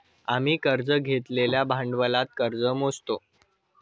आम्ही कर्ज घेतलेल्या भांडवलात कर्ज मोजतो